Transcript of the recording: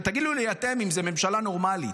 ותגידו לי אתם אם זו ממשלה נורמלית.